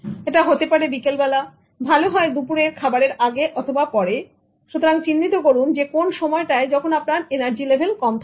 এটা হতে পারে বিকেলবেলা ভালো হয় দুপুরের খাবারের আগে অথবা পরে সুতরাং চিহ্নিত করুন কোন সময়টায় যখন আপনার এনার্জি লেভেল কম থাকে